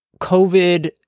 covid